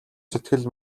сэтгэл